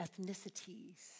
ethnicities